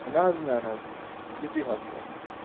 نہ حظ نہ نہ یُتھُے حظ کَرُن